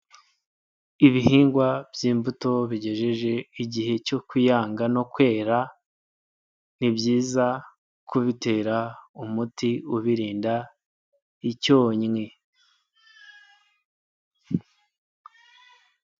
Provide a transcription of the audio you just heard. Ibihingwa by'imbuto bigejeje igihe cyo kuyanga no kwera, ni byiza kubitera umuti ubirinda icyonnyi.